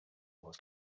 wars